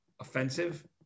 offensive